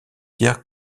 pierre